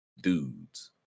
Dudes